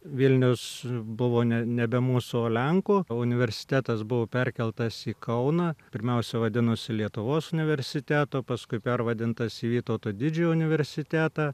vilnius buvo ne nebe mūsų o lenkų universitetas buvo perkeltas į kauną pirmiausia vadinosi lietuvos universiteto paskui pervadintas į vytauto didžiojo universitetą